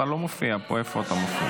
--- אתה לא מופיע פה, איפה אתה מופיע?